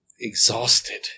exhausted